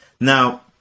now